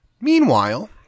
Meanwhile